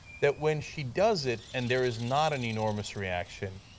that when she does it, and there is not an enormous reaction,